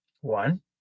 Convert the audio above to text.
One